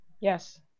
yes